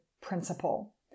principle